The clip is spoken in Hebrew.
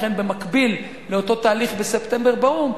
לכן במקביל לאותו תהליך בספטמבר באו"ם,